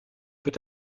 peut